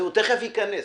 הוא תיכף ייכנס.